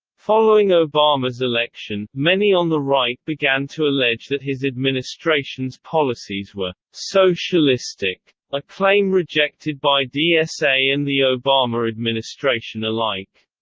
following obama's election, many on the right began to allege that his administration's policies were socialistic, a claim rejected by dsa and the obama administration alike.